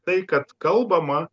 tai kad kalbama